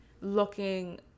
looking